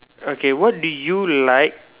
okay what do you like